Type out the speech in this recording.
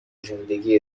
زندگی